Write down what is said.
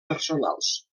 personals